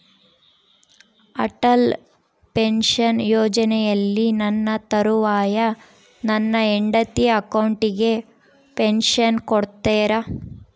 Atal pension ಯೋಜನೆಯಲ್ಲಿ ನನ್ನ ತರುವಾಯ ನನ್ನ ಹೆಂಡತಿ ಅಕೌಂಟಿಗೆ ಪೆನ್ಶನ್ ಕೊಡ್ತೇರಾ?